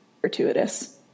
fortuitous